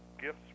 gifts